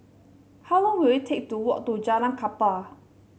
how long will it take to walk to Jalan Kapal